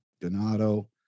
Donato